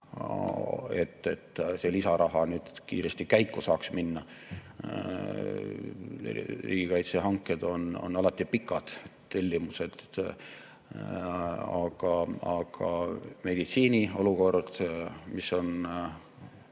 et see lisaraha nüüd kiiresti käiku saaks minna. Riigikaitsehanked on alati pikad tellimused, aga meditsiini olukord on